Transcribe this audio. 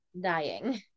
dying